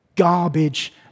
garbage